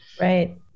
Right